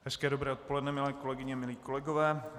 Hezké dobré odpoledne, milé kolegyně, milí kolegové.